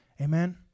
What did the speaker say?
Amen